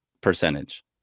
percentage